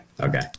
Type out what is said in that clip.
Okay